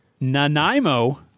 Nanaimo